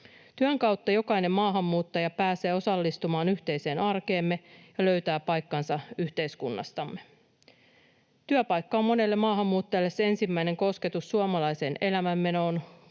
Työn kautta jokainen maahanmuuttaja pääsee osallistumaan yhteiseen arkeemme ja löytää paikkansa yhteiskunnastamme. Työpaikka on monelle maahanmuuttajalle se ensimmäinen kosketus suomalaiseen elämänmenoon,